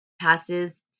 passes